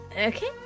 Okay